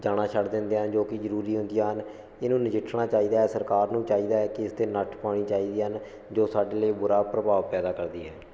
ਜਾਣਾ ਛੱਡ ਦਿੰਦੇ ਆ ਜੋ ਕਿ ਜ਼ਰੂਰੀ ਹੁੰਦੀਆਂ ਹਨ ਇਹਨੂੰ ਨਜਿੱਠਣਾ ਚਾਹੀਦਾ ਸਰਕਾਰ ਨੂੰ ਚਾਹੀਦਾ ਹੈ ਕਿ ਇਸ 'ਤੇ ਨੱਥ ਪਾਉਣੀ ਚਾਹੀਦੀ ਹਨ ਜੋ ਸਾਡੇ ਲਈ ਬੁਰਾ ਪ੍ਰਭਾਵ ਪੈਦਾ ਕਰਦੀ ਹੈ